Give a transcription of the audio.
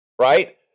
right